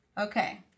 Okay